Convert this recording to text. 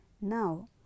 Now